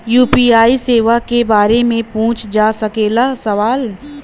UPI सेवा के बारे में पूछ जा सकेला सवाल?